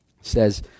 says